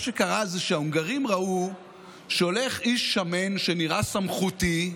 מה שקרה זה שההונגרים ראו שהולך איש שמן שנראה סמכותי,